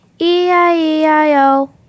E-I-E-I-O